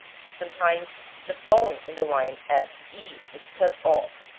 sometimes the bone in the line f, e, is cut off,